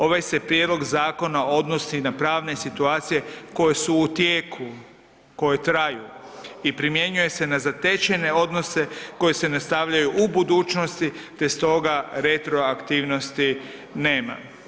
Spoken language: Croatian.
Ovaj se prijedlog zakona odnosi na pravne situacije koje su u tijeku, koje traju i primjenjuje se na zatečene odnose koje se ne stavljaju u budućnosti, te stoga retroaktivnosti nema.